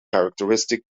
characteristic